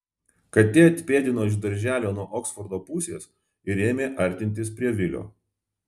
katė atpėdino iš darželio nuo oksfordo pusės ir ėmė artintis prie vilio